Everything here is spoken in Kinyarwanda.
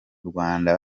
rwanda